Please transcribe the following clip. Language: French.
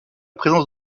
présence